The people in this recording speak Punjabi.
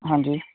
ਹਾਂਜੀ